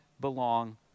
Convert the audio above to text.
belong